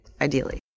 ideally